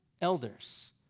elders